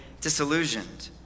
disillusioned